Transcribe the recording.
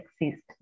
exist